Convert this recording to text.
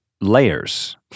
layers